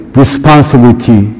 responsibility